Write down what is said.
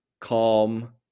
Calm